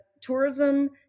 tourism